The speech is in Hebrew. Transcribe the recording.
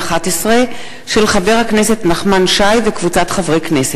כאמור, מטעם סיעת המחנה הציוני.